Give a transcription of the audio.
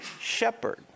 shepherd